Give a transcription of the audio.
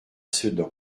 sedan